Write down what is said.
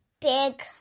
big